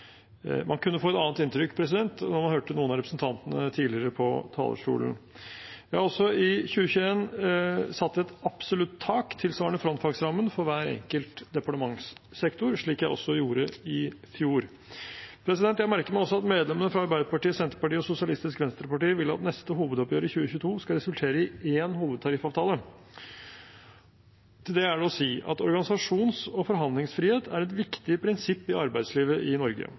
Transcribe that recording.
Man kunne få et annet inntrykk når man hørte noen av representantene på talerstolen tidligere. Jeg har også i 2021 satt et absolutt tak tilsvarende frontfagsrammen for hver enkelt departementssektor, slik jeg også gjorde i fjor. Jeg merker meg også at medlemmene fra Arbeiderpartiet, Senterpartiet og Sosialistisk Venstreparti vil at neste hovedoppgjør i 2022 skal resultere i én hovedtariffavtale. Til det er det å si at organisasjons- og forhandlingsfrihet er et viktig prinsipp i arbeidslivet i Norge.